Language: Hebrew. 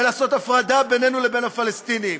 ולעשות הפרדה בינינו לבין הפלסטינים.